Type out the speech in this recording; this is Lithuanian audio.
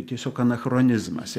tiesiog anachronizmas